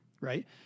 right